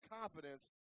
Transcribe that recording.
confidence